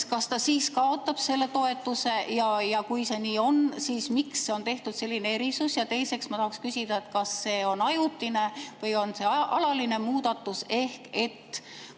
kas ta siis kaotab selle toetuse. Ja kui see nii on, siis miks on tehtud selline erisus? Teiseks ma tahan küsida, kas see on ajutine või alaline muudatus.